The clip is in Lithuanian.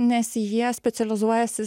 nes jie specializuojasi